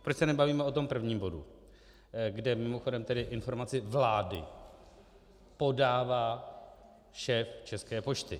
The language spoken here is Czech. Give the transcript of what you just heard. Proč se nebavíme o tom prvním bodu, kde mimochodem informaci vlády podává šéf České pošty.